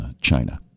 China